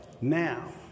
now